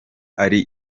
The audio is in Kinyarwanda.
ari